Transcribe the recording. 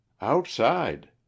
Outside